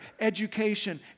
education